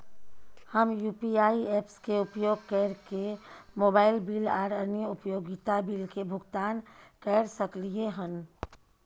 हम UPI apps के उपयोग कैरके मोबाइल बिल आर अन्य उपयोगिता बिल के भुगतान कैर सकलिये हन